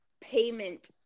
payment